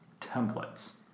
templates